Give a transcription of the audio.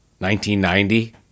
1990